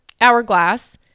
hourglass